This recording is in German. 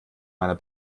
meiner